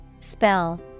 Spell